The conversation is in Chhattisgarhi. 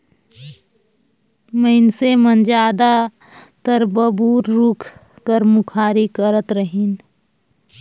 मइनसे मन जादातर बबूर रूख कर मुखारी करत रहिन